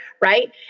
Right